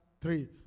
three